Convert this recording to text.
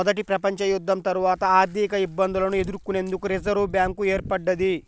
మొదటి ప్రపంచయుద్ధం తర్వాత ఆర్థికఇబ్బందులను ఎదుర్కొనేందుకు రిజర్వ్ బ్యాంక్ ఏర్పడ్డది